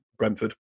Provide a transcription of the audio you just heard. Brentford